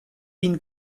been